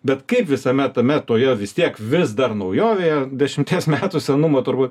bet kaip visame tame toje vis tiek vis dar naujovėje dešimties metų senumo turbūt